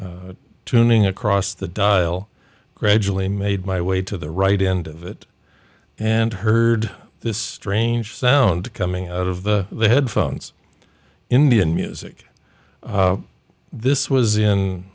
tuning across the dial gradually made my way to the right end of it and heard this strange sound coming out of the headphones indian music this was in